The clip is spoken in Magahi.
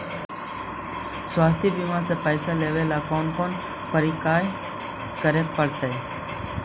स्वास्थी बिमा के पैसा लेबे ल कोन कोन परकिया करे पड़तै?